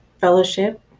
fellowship